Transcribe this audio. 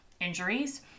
injuries